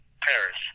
Paris